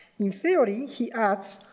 in theory, he adds,